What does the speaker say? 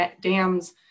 dams